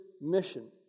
mission